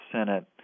Senate